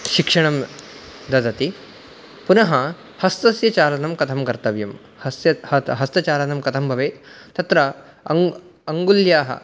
शिक्षणं ददति पुनः हस्तस्य चालनं कथं कर्तव्यं हस्तचालनं कथं भवेत् तत्र अङ्गुल्याः